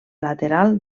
lateral